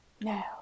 no